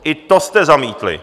I to jste zamítli.